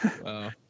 Wow